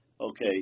okay